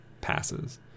passes